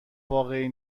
واقعی